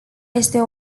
este